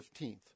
15th